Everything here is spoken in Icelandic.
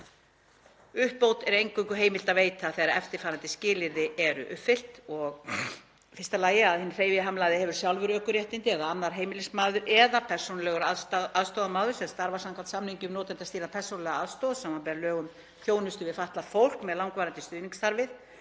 Uppbót er eingöngu heimilt að veita þegar eftirfarandi skilyrði eru uppfyllt: 1. Hinn hreyfihamlaði hefur sjálfur ökuréttindi eða annar heimilismaður eða persónulegur aðstoðarmaður sem starfar samkvæmt samningi um notendastýrða persónulega aðstoð, sbr. lög um þjónustu við fatlað fólk með langvarandi stuðningsþarfir.